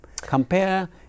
Compare